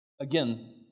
Again